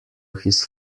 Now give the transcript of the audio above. his